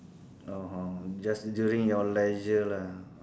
oh [ho] just during your leisure lah